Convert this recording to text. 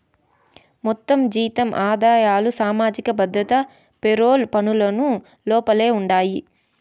మొత్తం జీతం ఆదాయాలు సామాజిక భద్రత పెరోల్ పనులకు లోపలే ఉండాయి